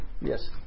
Yes